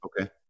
okay